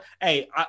hey